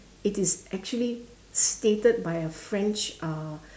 it is actually stated by a french uh